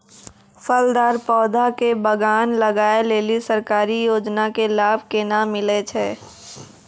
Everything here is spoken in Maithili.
फलदार पौधा के बगान लगाय लेली सरकारी योजना के लाभ केना मिलै छै?